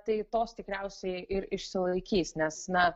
tai tos tikriausiai ir išsilaikys nes na